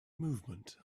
movement